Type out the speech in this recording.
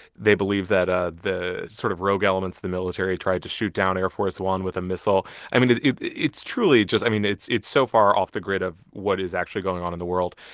they believe that ah the sort of rogue elements of the military tried to shoot down air force one with a missile. i mean, it's truly just i mean, it's it's so far off the grid of what is actually going on in the world,